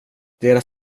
deras